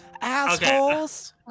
Assholes